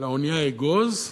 לאונייה "אגוז"